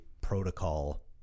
protocol